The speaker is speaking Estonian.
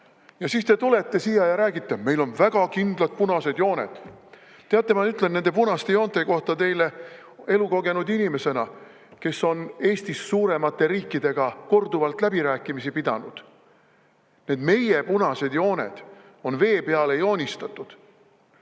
Ja siis te tulete siia ja räägite: "Meil on väga kindlad punased jooned."Teate, ma ütlen nende punaste joonte kohta elukogenud inimesena, kes on Eestist suuremate riikidega korduvalt läbirääkimisi pidanud: need meie punased jooned on vee peale joonistatud.